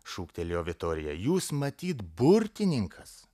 šūktelėjo vitorija jūs matyt burtininkas